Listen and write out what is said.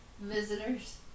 Visitors